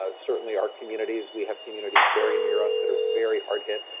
ah certainly our communities, we have communities very near us that are very hard hit.